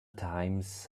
times